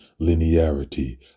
linearity